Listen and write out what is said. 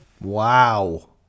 Wow